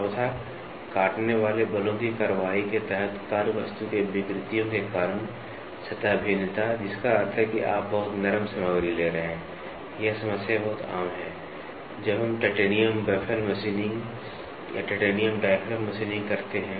• काटने वाले बलों की कार्रवाई के तहत कार्यवस्तु के विकृतियों के कारण सतह भिन्नता जिसका अर्थ है कि आप बहुत नरम सामग्री ले रहे हैं यह समस्या बहुत आम है जब हम टाइटेनियम बाफ़ल मशीनिंग या टाइटेनियम डायाफ्राम मशीनिंग करते हैं